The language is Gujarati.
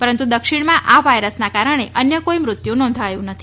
પરંતુ દક્ષિણમાં આ વાયરસનાં કારણે અન્ય કોઇ મૃત્યું નોંધાયું નથી